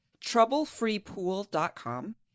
TroubleFreePool.com